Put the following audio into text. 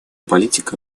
политика